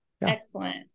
excellent